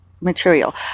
material